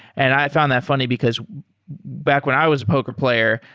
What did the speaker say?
and i found that funny, because back when i was a poker player,